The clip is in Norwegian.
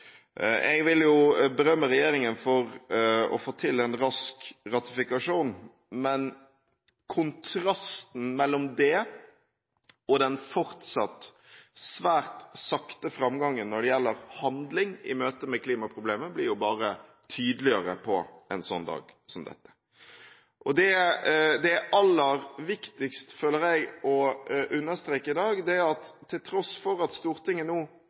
Jeg vil berømme regjeringen for å få til en rask ratifikasjon, men kontrasten mellom det og den fortsatt svært sakte framgangen når det gjelder handling i møte med klimaproblemet, blir jo bare tydeligere på en dag som denne. Det aller viktigste å understreke i dag er at til tross for at Stortinget nå